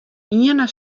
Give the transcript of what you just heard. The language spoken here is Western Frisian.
iene